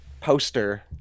poster